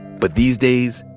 but these days,